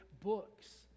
books